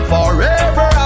Forever